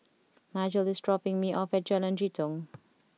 Nigel is dropping me off at Jalan Jitong